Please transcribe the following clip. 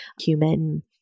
human